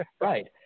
Right